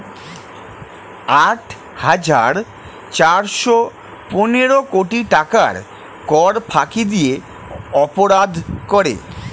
আট হাজার চারশ পনেরো কোটি টাকার কর ফাঁকি দিয়ে অপরাধ করে